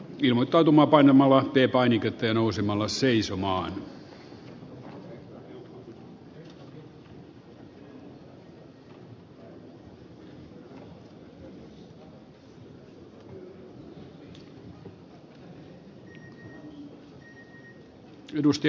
ilmoittautuma painamalla tie painikenttien uusimalla se ei arvoisa puhemies